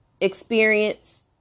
experience